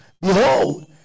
Behold